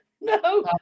No